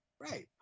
Right